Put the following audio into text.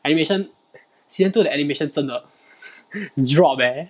animation season two 的 animation 真的 drop leh